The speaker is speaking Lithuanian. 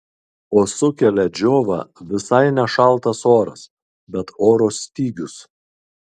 o sukelia džiovą visai ne šaltas oras bet oro stygius